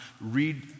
read